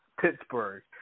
Pittsburgh